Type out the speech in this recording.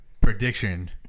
prediction